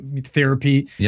Therapy